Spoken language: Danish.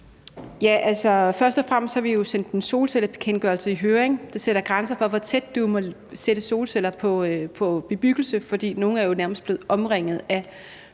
først og fremmest har vi jo sendt en solcellebekendtgørelse i høring. Det sætter grænser for, hvor tæt du må opsætte solceller på bebyggelse. For nogle er jo nærmest blevet omringet af solceller.